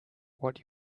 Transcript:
what